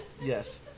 Yes